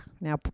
Now